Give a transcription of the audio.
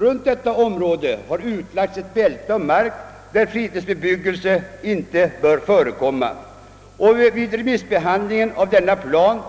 Runt detta område har sedan utlagts ett bälte av mark där fritidsbebyggelse inte bör förekomma. plan